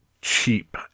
cheap